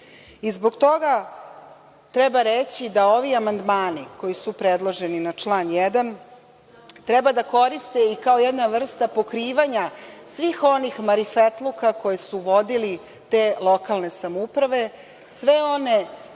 nose. Zbog toga treba reći da ovi amandmani koji su predloženi na član 1. treba da koriste i kao jedna vrsta pokrivanja svih onih marifetluka koje su vodile te lokalne samouprave, sve one